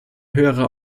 höherer